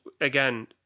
again